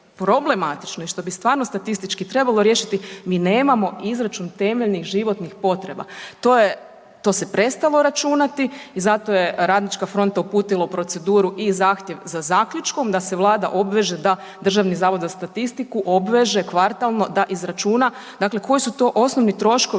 i što bi stvarno statistički trebalo riješiti mi nemamo izračun temeljnih životnih potreba, to se prestalo računati. I zato je Radnička fronta uputila u proceduru i zahtjev za zaključkom da se Vlada obveže da DZS obveže kvartalno da izračuna koji su to osnovni troškovi